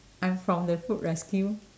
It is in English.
I'm from the food rescue